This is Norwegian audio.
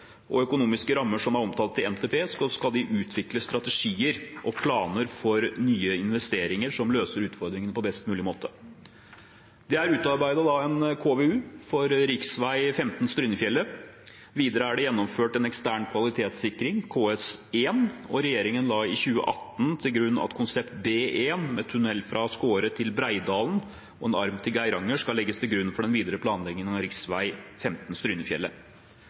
og økonomiske rammer som er omtalt i NTP, utvikle strategier og planer for nye investeringer som løser utfordringene på best mulig måte. Det er utarbeidet en KVU for rv. 15 Strynefjellet. Videre er det gjennomført en ekstern kvalitetssikring, KS1, og regjeringen la i 2018 til grunn at konsept B1, med tunnel fra Skåre til Breidalen og en arm til Geiranger, skal legges til grunn for den videre planleggingen av rv. 15 Strynefjellet.